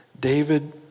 David